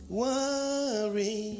worry